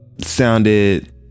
sounded